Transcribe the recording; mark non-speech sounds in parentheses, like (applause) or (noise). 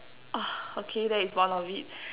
(breath) okay that is one of it